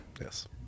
Yes